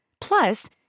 Plus